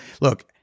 look